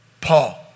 Paul